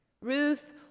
Ruth